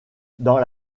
dans